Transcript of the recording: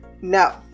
No